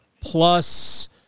plus